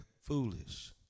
foolish